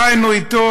חיינו אתו,